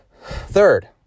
Third